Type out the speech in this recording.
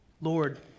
Lord